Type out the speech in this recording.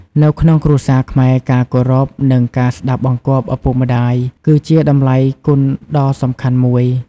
នៅក្នុងគ្រួសារខ្មែរ ការគោរព និងការស្តាប់បង្គាប់ឪពុកម្ដាយគឺជាតម្លៃគុណដ៏សំខាន់មួយ។